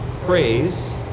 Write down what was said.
praise